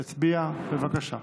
להצביע,